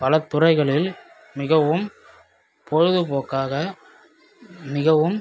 பலத் துறைகளில் மிகவும் பொழுதுபோக்காக மிகவும்